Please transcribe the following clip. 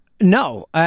No